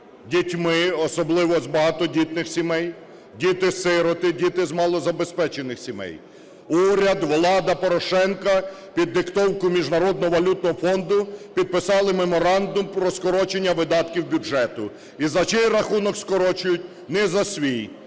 дітьми, особливо з багатодітних сімей, діти-сироти, діти з малозабезпечених сімей. Уряд, влада Порошенка під диктовку Міжнародного валютного фонду підписали Меморандум про скорочення видатків бюджету. І за чий рахунок скорочують? Не за свій,